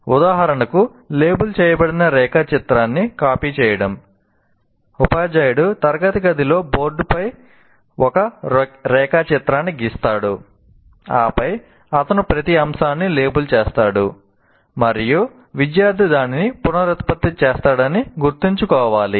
ఉదాహరణకు లేబుల్ చేయబడిన రేఖాచిత్రాన్ని కాపీ చేయడం ఉపాధ్యాయుడు తరగతి గదిలో బోర్డులో ఒక రేఖాచిత్రాన్ని గీస్తాడు ఆపై అతను ప్రతి అంశాన్ని లేబుల్ చేస్తాడు మరియు విద్యార్థి దానిని పునరుత్పత్తి చేస్తాడని గుర్తుంచుకోవాలి